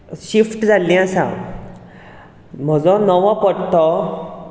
shift जाल्ली आसा म्हजो नवो पत्तो